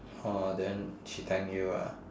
orh then she thank you ah